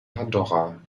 pandora